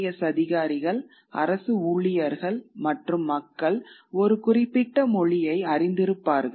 S அதிகாரிகள் அரசு ஊழியர்கள் மற்றும் மக்கள் ஒரு குறிப்பிட்ட மொழியை அறிந்திருப்பார்கள்